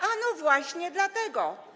Ano właśnie dlatego.